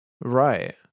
Right